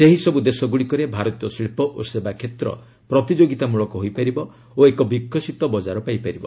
ସେହିସବୁ ଦେଶଗୁଡ଼ିକରେ ଭାରତୀୟ ଶିଳ୍ପ ଓ ସେବାକ୍ଷେତ୍ର ପ୍ରତିଯୋଗିତାମୂଳକ ହୋଇପାରିବ ଓ ଏକ ବିକଶିତ ବଜାର ପାଇପାରିବ